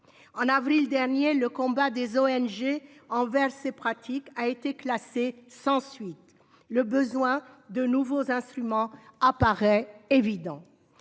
d'avril dernier, le combat des ONG contre ces pratiques a été classé sans suite. Le besoin de nouveaux instruments apparaît évident.